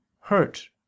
hurt